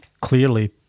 clearly